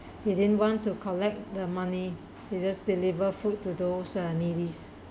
he didn't want to collect the money he just deliver food to those uh needy